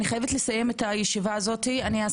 אני חייבת לסיים את הישיבה ואסכם.